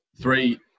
Three